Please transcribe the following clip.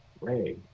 Ray